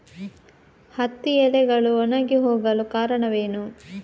ಹತ್ತಿ ಎಲೆಗಳು ಒಣಗಿ ಹೋಗಲು ಕಾರಣವೇನು?